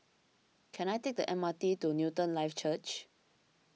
can I take the M R T to Newton Life Church